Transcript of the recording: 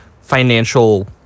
financial